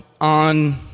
on